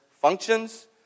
functions